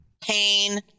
pain